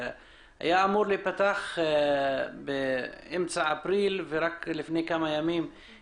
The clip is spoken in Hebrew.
הוא היה אמור להיפתח באמצע אפריל אבל התחיל לפעול רק לפני כמה ימים.